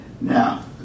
Now